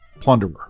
Plunderer